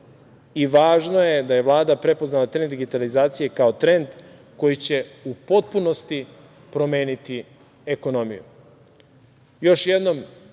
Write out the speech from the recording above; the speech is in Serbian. i važno je da Vlada prepoznala trend digitalizacije kao trend koji će u potpunosti promeniti ekonomiju. Na